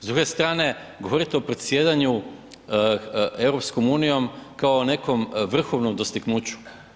S druge strane, govorite o predsjedanju EU kao o nekom vrhovnom dostignuću.